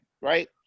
right